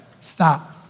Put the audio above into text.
Stop